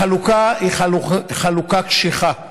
החלוקה היא חלוקה קשיחה: